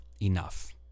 enough